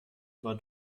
war